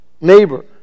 neighbor